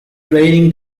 draining